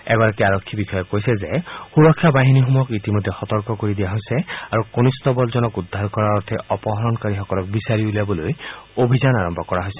এগৰাকী আৰক্ষী বিষয়াই কৈছে যে সুৰক্ষা বাহিনীসমূহক ইতিমধ্যে সতৰ্ক কৰি দিয়া হৈছে আৰু কনিষ্টবলজনক উদ্ধাৰ কৰাৰ অৰ্থে অপহৰণকাৰীসকলক বিচাৰি উলিয়াবলৈ অভিযান আৰম্ভ কৰা হৈছে